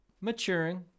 maturing